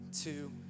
two